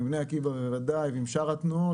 עם בני עקיבא בוודאי ועם שאר התנועות,